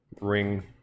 ring